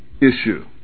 issue